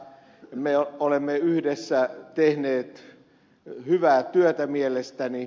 me olemme yhdessä tehneet hyvää työtä mielestäni